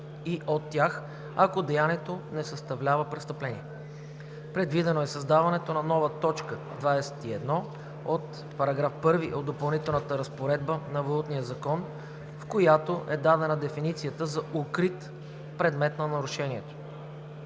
и от тях, ако деянието не съставлява престъпление. Предвидено е създаването на нова т. 21 от § 1 от Допълнителната разпоредба на Валутния закон, в която е дадена дефиниция за „укрит“ предмет на нарушението.